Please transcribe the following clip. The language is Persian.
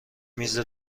میز